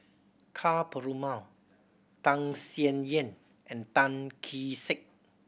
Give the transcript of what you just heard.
Ka Perumal Tham Sien Yen and Tan Kee Sek